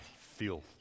feel